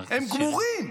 הם גמורים.